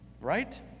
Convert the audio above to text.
right